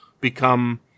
become